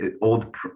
Old